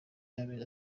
y’amezi